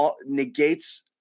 negates